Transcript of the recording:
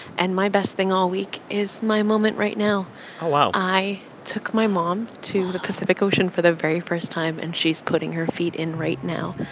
and my best thing all week is my moment right now oh, wow i took my mom to the pacific ocean for the very first time. and she's putting her feet in right now.